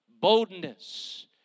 Boldness